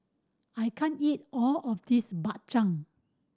I can't eat all of this Bak Chang